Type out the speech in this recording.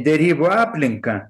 derybų aplinką